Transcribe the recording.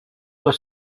doit